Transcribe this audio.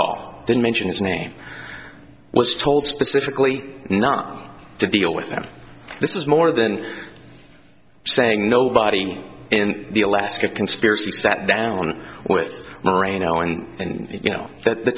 all didn't mention his name was told specifically not to deal with them this is more than saying nobody in the alaska conspiracy sat down with ray now and and you know th